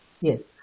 yes